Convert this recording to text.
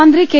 മന്ത്രി കെ